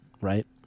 right